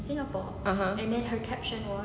(uh huh)